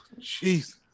jeez